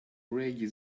reggae